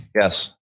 Yes